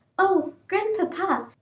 o, grandpapa,